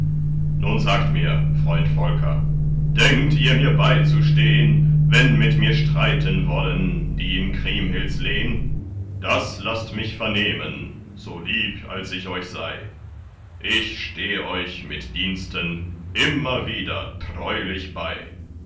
nun sagt mir freund volker denkt ihr mir beizustehn wenn mit mir streiten wollen die in kriemhilds lehn das laßt mich vernehmen so lieb als ich euch sei ich steh euch mit diensten immer wieder treulich bei